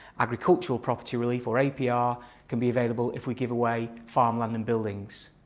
agricultural property relief or apr ah can be available if we give away farmland and buildings.